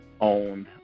owned